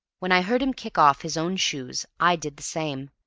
when i heard him kick off his own shoes, i did the same,